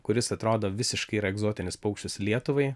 kuris atrodo visiškai yra egzotinis paukštis lietuvai